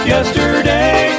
Yesterday